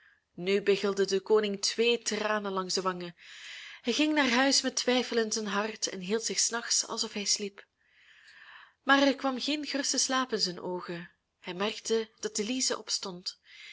nu biggelden den koning twee tranen langs de wangen hij ging naar huis met twijfel in zijn hart en hield zich s nachts alsof hij sliep maar er kwam geen geruste slaap in zijn oogen hij merkte dat elize opstond